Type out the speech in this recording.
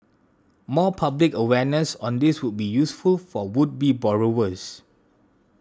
more public awareness on this would be useful for would be borrowers